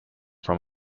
from